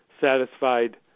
satisfied